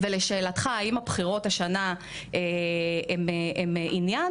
לשאלתך, האם הבחירות השנה הן עניין.